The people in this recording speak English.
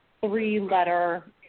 three-letter